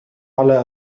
على